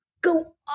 go